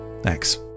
Thanks